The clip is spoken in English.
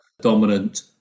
dominant